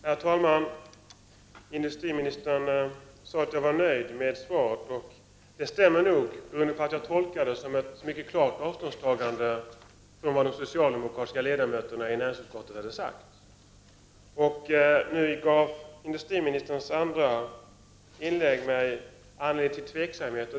Herr talman! Industriministern sade att jag var nöjd med svaret. Det stämmer på grund av att jag tolkar det som ett mycket klart avståndstagande från vad de socialdemokratiska ledamöterna i näringsutskottet har sagt. Nu gav industriministerns andra inlägg mig anledning till tveksamhet.